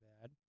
bad